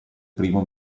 primo